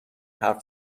حرف